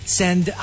send